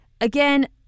again